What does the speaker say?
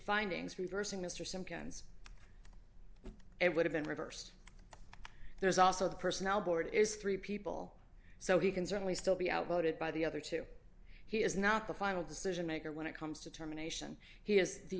simkins it would have been reversed there's also the personnel board is three people so he can certainly still be outvoted by the other two he is not the final decision maker when it comes to terminations he has the